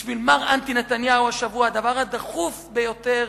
בשביל מר אנטי נתניהו השבוע, הדבר הדחוף ביותר